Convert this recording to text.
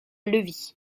levi